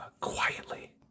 quietly